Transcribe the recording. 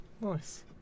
Nice